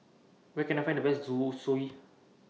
Where Can I Find The Best Zosui